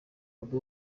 bobi